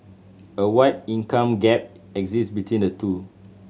a wide income gap exist between the two